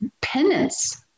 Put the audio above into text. penance